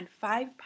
five